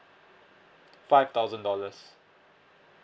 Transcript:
five thousand dollars